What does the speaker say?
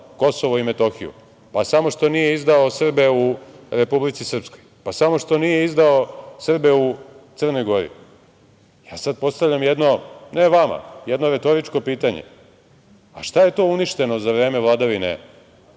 Kosovo i Metohiju, pa, samo što nije izdao Srbe u Republici Srpskoj, pa, samo što nije izdao Srbe u Crnoj Gori. Ja sad postavljam jedno, ne vama, jedno retoričko pitanje, a šta je to uništeno za vreme vladavine